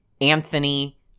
anthony